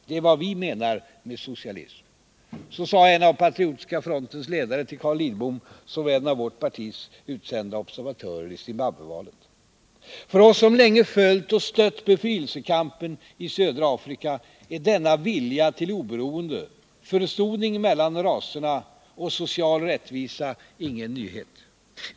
Det är vad vi menar med socialism.” Så sade en av Patriotiska frontens ledare till Carl Lidbom, som var en av vårt partis utsända observatörer i Zimbabwevalet. För oss som länge följt och stött befrielsekampen i södra Afrika är denna vilja till oberoende, försoning mellan raserna och social rättvisa ingen nyhet.